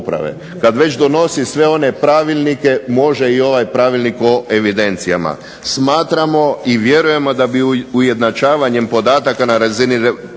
Kad već donosi sve one pravilnike može i ovaj Pravilnik o evidencijama. Smatramo i vjerujemo da bi ujednačavanjem podataka na razini